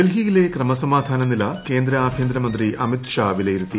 ഡൽഹിയിലെ ക്രമസമാധാന നില കേന്ദ്ര ആഭൃന്തരമന്ത്രി അമിത് ഷാ വിലയിരുത്തി